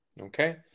Okay